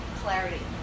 clarity